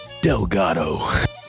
Delgado